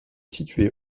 située